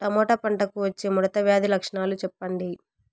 Tomato పంటకు వచ్చే ముడత వ్యాధి లక్షణాలు చెప్పండి?